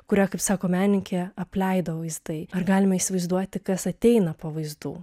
kurią kaip sako menininkė apleido vaizdai ar galima įsivaizduoti kas ateina po vaizdų